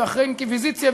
אחרי אינקוויזיציות,